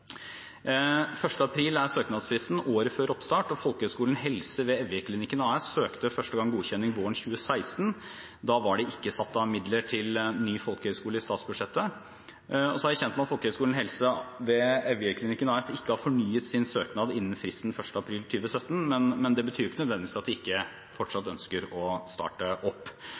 året før oppstart er søknadsfristen. Folkehøgskolen Helse ved Evjeklinikken AS søkte første gang om godkjenning våren 2016. Da var det ikke satt av midler til ny folkehøyskole i statsbudsjettet. Jeg er kjent med at Folkehøgskolen Helse ved Evjeklinikken AS ikke fornyet sin søknad innen fristen 1. april 2017, men det betyr ikke nødvendigvis at de ikke fortsatt ønsker å starte opp.